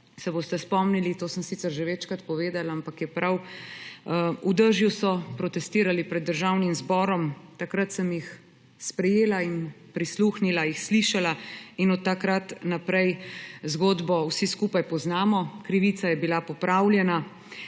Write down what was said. se boste spomnili, to sem sicer že večkrat povedala, ampak je prav – v dežju protestirali pred Državnim zborom. Takrat sem jih sprejela, jim prisluhnila, jih slišala in od takrat naprej zgodbo vsi skupaj poznamo, krivica je bila popravljena.